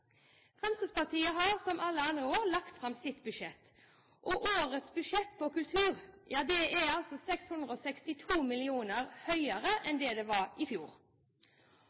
Fremskrittspartiet har, som alle andre år, lagt fram sitt budsjett. Årets budsjett på kultur er 662 mill. kr høyere enn det det var i fjor.